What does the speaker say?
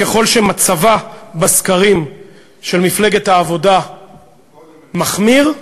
ככל שמצבה של מפלגת העבודה בסקרים מחמיר,